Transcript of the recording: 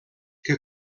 que